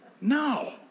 No